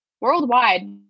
worldwide